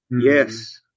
Yes